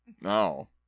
No